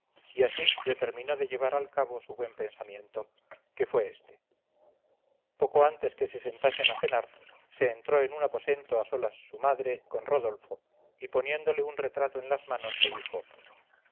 y así determinó de llevar al cabo su buen pensamiento que fue éste poco antes que se sentasen a cenar se entró en un aposento a solas su madre con rodolfo y poniéndole un retrato en las manos le dijo